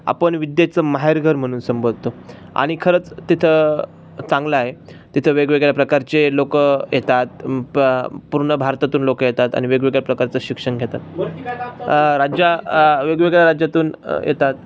आपण विद्येचं माहेरघर म्हणून संबोवतो आणि खरंच तिथं चांगलं आहे तिथं वेगवेगळ्या प्रकारचे लोकं येतात प पूर्ण भारतातून लोकं येतात आणि वेगवेगळ्या प्रकारचं शिक्षण घेतात राज्या वेगवेगळ्या राज्यातून येतात